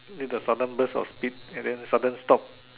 with the sudden burst of speed and then sudden stop